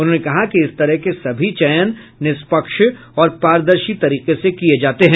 उन्होंने कहा कि इस तरह के सभी चयन निष्पक्ष और पारदर्शी तरीके से किए जाते हैं